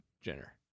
Jenner